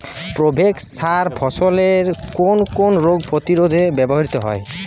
Provex সার ফসলের কোন কোন রোগ প্রতিরোধে ব্যবহৃত হয়?